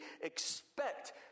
expect